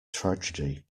tragedy